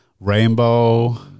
rainbow